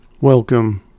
Welcome